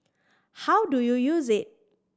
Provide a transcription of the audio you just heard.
how do you use it